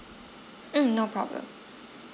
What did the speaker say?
mm no problem